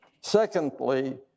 Secondly